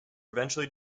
eventually